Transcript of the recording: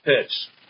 pitch